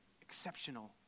exceptional